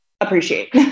appreciate